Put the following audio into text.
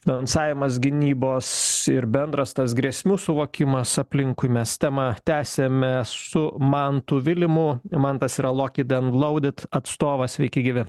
finansavimas gynybos ir bendras tas grėsmių suvokimas aplinkui mes temą tęsiame su mantu vilimu mantas yra loki daunlouded atstovas sveiki gyvi